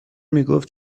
میگفت